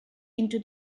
into